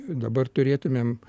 dabar turėtumėm